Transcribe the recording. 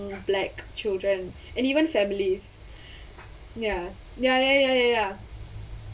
black children and even families ya ya ya ya ya ya